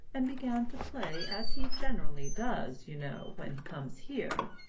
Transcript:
and began to play as he generally does, you know, when he comes here.